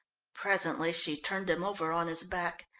presently she turned him over on his back.